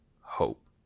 hope